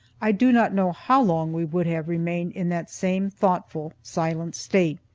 i do not know how long we would have remained in that same thoughtful, silent state.